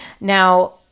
Now